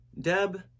Deb